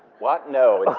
what, no.